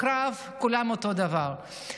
בקרב כולם אותו הדבר,